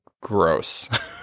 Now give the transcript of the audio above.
gross